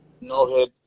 no-hit